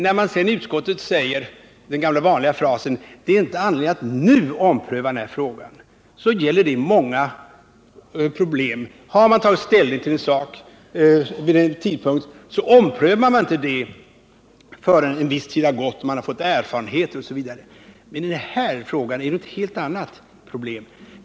När man sedan i utskottsbetänkandet kommer med den gamla vanliga frasen att det inte är anledning att nu ompröva den här frågan, så vill jag påpeka att det gäller många problem. Har man tagit ställning till en sak vid en tidpunkt, omprövar man inte ställningstagandet förrän en viss tid har gått, förrän man fått erfarenheter osv., men i den här frågan är problemet ett helt annat.